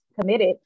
committed